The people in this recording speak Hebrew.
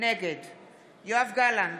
נגד יואב גלנט,